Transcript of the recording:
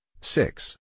six